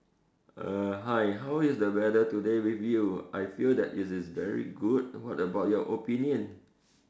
err hi how is the weather today with you I feel that it is very good what about your opinion